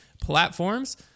platforms